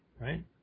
Right